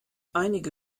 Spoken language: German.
einige